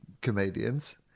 comedians